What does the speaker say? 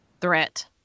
threat